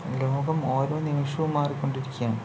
ലോകം ഓരോ നിമിഷവും മാറിക്കൊണ്ടിരിക്കുകയാണ്